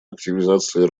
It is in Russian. активизации